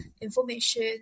information